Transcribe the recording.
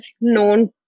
known